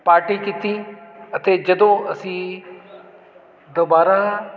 party ਕੀਤੀ ਅਤੇ ਜਦੋਂ ਅਸੀਂ ਦੁਬਾਰਾ